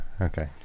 Okay